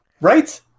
Right